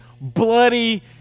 bloody